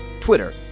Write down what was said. Twitter